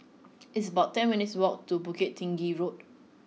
it's about ten minutes' walk to Bukit Tinggi Road